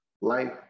life